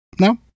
no